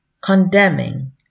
condemning